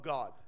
God